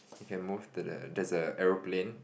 we can move to the there's a aeroplane